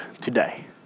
today